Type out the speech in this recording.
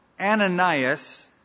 Ananias